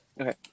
okay